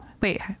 Wait